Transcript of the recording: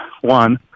one